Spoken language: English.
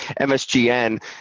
msgn